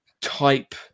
type